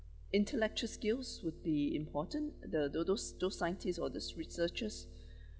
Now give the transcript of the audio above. intellectual skills would be important the tho~ those those scientists or those researchers